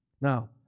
Now